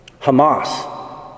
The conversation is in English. Hamas